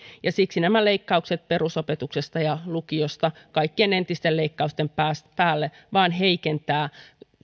ja siksi nämä leikkaukset perusopetuksesta ja lukiosta kaikkien entisten leikkausten päälle vain heikentävät